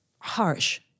harsh